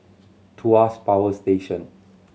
Tuas Power Station